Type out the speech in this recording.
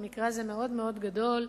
במקרה הזה מאוד מאוד גדול,